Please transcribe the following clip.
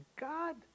God